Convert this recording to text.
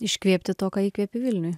iškvėpti to ką įkvepi vilniuj